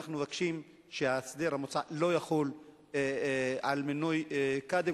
אנחנו מבקשים שההסדר המוצע לא יחול על מינוי קאדים,